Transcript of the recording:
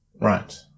right